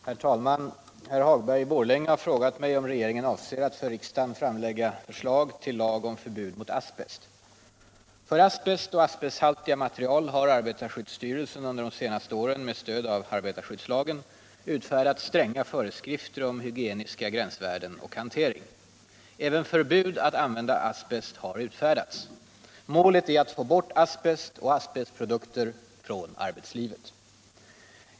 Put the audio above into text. Herr talman! Herr Hagberg i Borlänge har frågat mig om regeringen avser att för riksdagen framlägga förslag till lag om förbud mot asbest. För asbest och asbesthaltiga material har arbetarskyddsstyrelsen under de senaste åren med stöd av arbetarskyddslagen utfärdat stränga föreskrifter om hygieniska gränsvärden och hantering. Även förbud att använda asbest har utfärdats. Målet är att få bort asbest och asbestprodukter från arbetslivet.